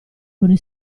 coi